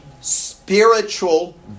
spiritual